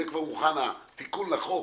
יהיה מוכן התיקון לחוק